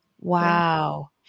Wow